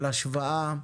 של השוואה,